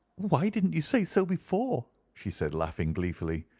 why didn't you say so before? she said, laughing gleefully.